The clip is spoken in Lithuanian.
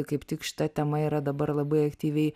kaip tik šita tema yra dabar labai aktyviai